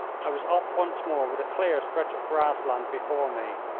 i was off once more with a clear stretch of grass land before me.